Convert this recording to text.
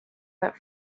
that